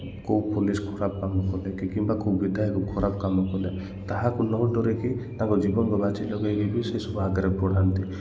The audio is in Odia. କେଉଁ ପୋଲିସ୍ ଖରାପ କାମ କଲେ କି କିମ୍ବା ବିଧାୟକ ଖରାପ କାମ କଲେ ତାହାକୁ ନ ଡ଼ରିକି ତାଙ୍କ ଜୀବନକୁ ବାଜି ଲଗାଇକି ବି ସେସବୁକୁ ଆଗରେ ବଢ଼ାନ୍ତି